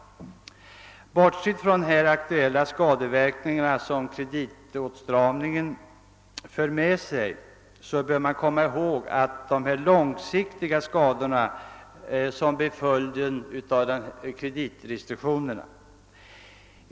Vid sidan av de aktuella skadeverkningar som kreditåtstramningen för med sig bör vi komma ihåg de långsiktiga skador som blir följden av kreditrestriktionerna.